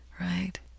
right